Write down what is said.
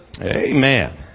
Amen